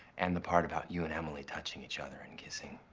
and the part about you and emily touching each other and kissing.